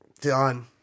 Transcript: Done